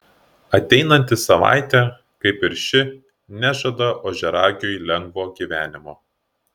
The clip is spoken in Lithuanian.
ateinanti savaitė kaip ir ši nežada ožiaragiui lengvo gyvenimo